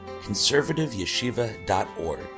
conservativeyeshiva.org